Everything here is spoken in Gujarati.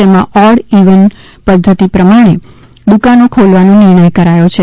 જેમાં ઓડ ઇવન પદ્ધતિ પ્રમાણે દુકાનો ખોલવાનો નિર્ણય કરાયો છે